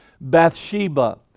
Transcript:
Bathsheba